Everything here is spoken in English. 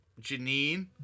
Janine